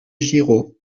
giraud